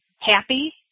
happy